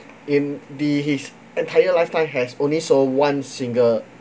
in the his entire lifetime has only sold one single